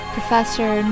Professor